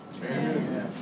Amen